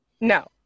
No